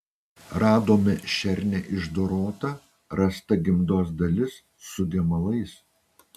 radome šernę išdorotą rasta gimdos dalis su gemalais